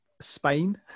spain